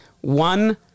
One